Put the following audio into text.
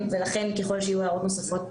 לכן, ככל שיהיו הערות נוספות,